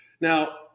Now